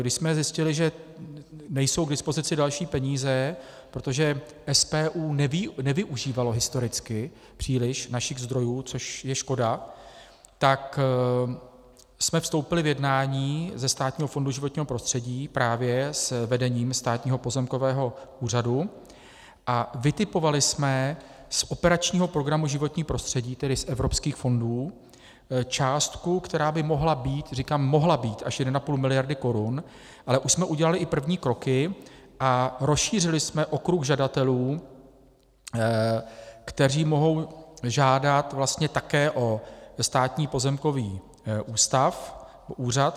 Když jsme zjistili, že nejsou k dispozici další peníze, protože SPÚ nevyužívalo historicky příliš našich zdrojů, což je škoda, tak jsme vstoupili v jednání ze Státního fondu životního prostředí právě s vedením Státního pozemkového úřadu a vytipovali jsme z operačního programu Životní prostředí, tedy z evropských fondů, částku, která by mohla být říkám mohla být až 1,5 miliardy korun, ale už jsme udělali i první kroky a rozšířili jsme okruh žadatelů, kteří mohou žádat, vlastně také o Státní pozemkový úřad.